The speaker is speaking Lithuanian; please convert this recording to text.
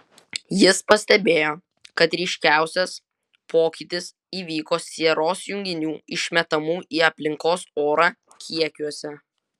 jis pastebėjo kad ryškiausias pokytis įvyko sieros junginių išmetamų į aplinkos orą kiekiuose